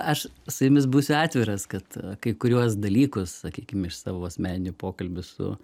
aš su jumis būsiu atviras kad kai kuriuos dalykus sakykim iš savo asmeninių pokalbių su